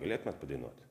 galėtumėt padainuot